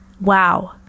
Wow